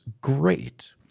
great